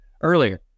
earlier